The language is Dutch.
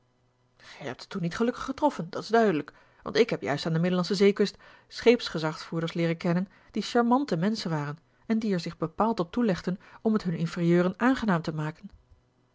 hebt het toen niet gelukkig getroffen dat is duidelijk want ik heb juist aan de middellandsche zeekust scheepsgezagvoerders leeren kennen die charmante menschen waren en die er zich bepaald op toelegden om het hunne inferieuren aangenaam te maken